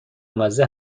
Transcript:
مزه